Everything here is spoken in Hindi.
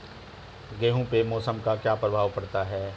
गेहूँ पे मौसम का क्या प्रभाव पड़ता है?